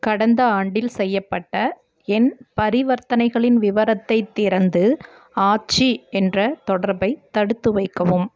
கடந்த ஆண்டில் செய்யப்பட்ட என் பரிவர்த்தனைகளின் விவரத்தைத் திறந்து ஆச்சி என்ற தொடர்பை தடுத்து வைக்கவும்